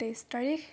তেইছ তাৰিখ